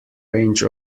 range